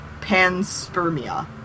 panspermia